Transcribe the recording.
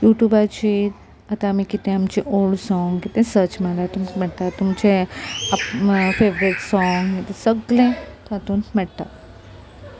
युट्यूबाचेर आतां आमी कितें आमचे ओल्ड सोंग कितें सर्च मारल्यार तुमकां मेळटा तुमचे फेवरेट सोंग सगले तातूंत मेळटा